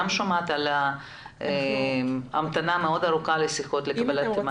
גם אני שומעת על המתנה מאוד ארוכה עד לקבלת מענה.